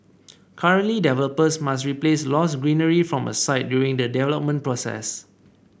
currently developers must replace lost greenery from a site during the development process